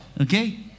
Okay